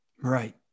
Right